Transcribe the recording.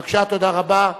בבקשה, תודה רבה.